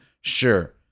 Sure